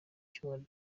cyumweru